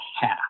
half